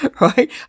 Right